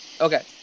Okay